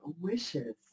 Wishes